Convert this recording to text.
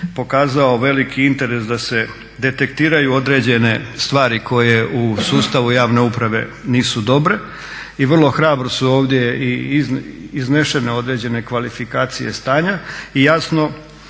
pokazao veliki interes da se detektiraju određene stvari koje u sustavu javne uprave nisu dobre i vrlo hrabro su ovdje i iznešene određene kvalifikacije stanja. I jasno,